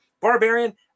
Barbarian